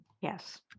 Yes